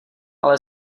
ale